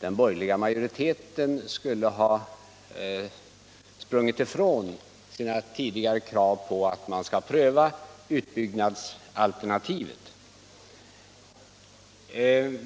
den borgerliga majoriteten i utskottet skulle ha sprungit ifrån sina tidigare krav på att man skall pröva utbyggnadsalternativet.